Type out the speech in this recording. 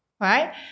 right